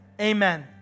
Amen